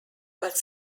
but